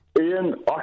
Ian